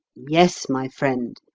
yes, my friend,